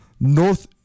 North